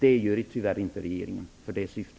Det vill tyvärr inte regeringen göra för detta syfte.